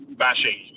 bashing